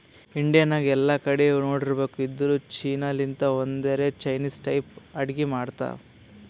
India ನಾಗ್ ಎಲ್ಲಾ ಕಡಿ ನೋಡಿರ್ಬೇಕ್ ಇದ್ದೂರ್ ಚೀನಾ ಲಿಂತ್ ಬಂದೊರೆ ಚೈನಿಸ್ ಟೈಪ್ ಅಡ್ಗಿ ಮಾಡ್ತಾವ್